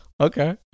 Okay